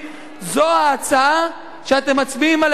זו ההצעה שאתם מצביעים עליה עכשיו.